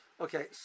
Okay